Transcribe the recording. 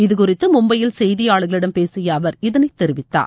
இதுகுறித்து மும்பையில் செய்தியாளர்களிடம் பேசிய அவர் இதனை தெரிவித்தார்